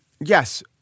Yes